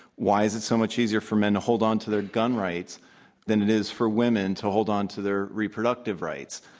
why is it so much easier for men to hold onto their gun rights than it is for women to hold onto their reproductive rights?